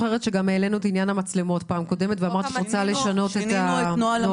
העלינו בפעם הקודמת את ענין המצלמות ואמרת שאת רוצה לשנות את הנוהל.